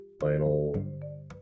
final